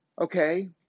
Okay